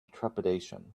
trepidation